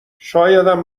شایدم